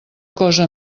cosa